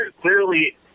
clearly